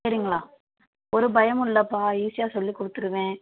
சரிங்களா ஒரு பயமும் இல்லைப்பா ஈஸியாக சொல்லிக்கொடுத்துருவேன்